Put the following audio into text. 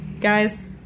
Guys